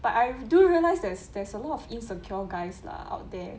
but I do realise there's there's a lot of insecure guys lah out there